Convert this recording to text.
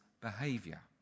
behavior